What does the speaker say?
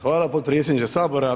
Hvala potpredsjedniče Sabora.